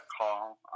call